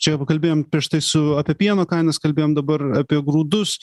čia pakalbėjom prieš tai su apie pieno kainas kalbėjom dabar apie grūdus